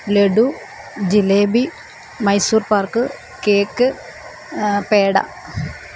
laddu jalebi Mysore pak cake peda